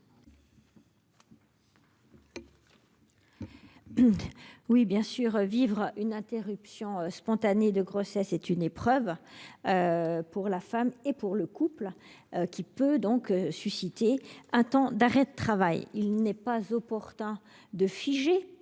? Bien sûr, vivre une interruption spontanée de grossesse est une épreuve pour la femme et pour le couple, une épreuve qui peut susciter un temps d'arrêt de travail. Il n'est pas opportun de figer